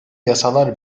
yasalar